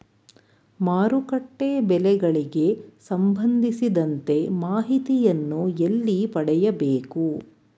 ಮಾರುಕಟ್ಟೆ ಬೆಲೆಗಳಿಗೆ ಸಂಬಂಧಿಸಿದಂತೆ ಮಾಹಿತಿಯನ್ನು ಎಲ್ಲಿ ಪಡೆಯಬೇಕು?